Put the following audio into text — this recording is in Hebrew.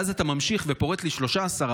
ואז אתה ממשיך ופורט לי 13,